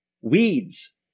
Weeds